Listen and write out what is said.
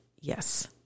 yes